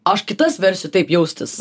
aš kitas versiu taip jaustis